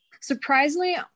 surprisingly